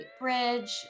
Bridge